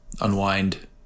unwind